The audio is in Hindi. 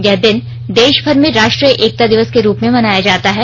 यह दिन देशभर में राष्ट्रीय एकता दिवस के रूप में मनाया जाता है